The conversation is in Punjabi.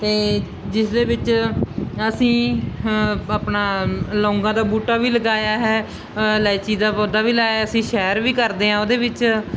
ਅਤੇ ਜਿਸ ਦੇ ਵਿੱਚ ਅਸੀਂ ਹ ਆਪਣਾ ਲੌਂਗਾਂ ਦਾ ਬੂਟਾ ਵੀ ਲਗਾਇਆ ਹੈ ਇਲਾਇਚੀ ਦਾ ਪੌਦਾ ਵੀ ਲਾਇਆ ਸੀ ਸੈਰ ਵੀ ਕਰਦੇ ਹਾਂ ਉਹਦੇ ਵਿੱਚ